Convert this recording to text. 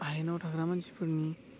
हायेनआव थाग्रा मानसिफोरनि